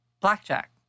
Blackjack